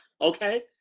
okay